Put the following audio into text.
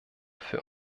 für